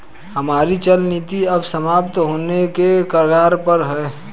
हमारी चल निधि अब समाप्त होने के कगार पर है